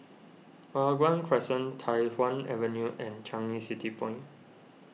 Hua Guan Crescent Tai Hwan Avenue and Changi City Point